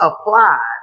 applied